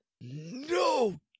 No